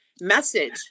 message